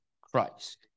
Christ